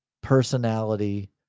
personality